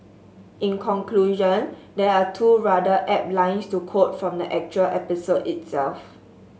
in conclusion there are two rather apt lines to quote from the actual episode itself